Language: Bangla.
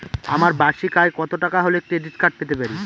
আমার বার্ষিক আয় কত টাকা হলে ক্রেডিট কার্ড পেতে পারি?